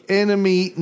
enemy